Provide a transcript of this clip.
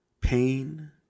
pain